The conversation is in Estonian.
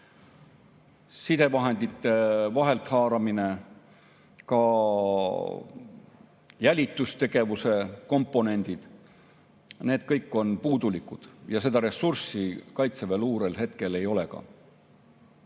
sidevahendite vahelthaaramine, ka jälitustegevuse komponendid – need kõik on puudulikud ja seda ressurssi kaitseväeluurel hetkel ei ole,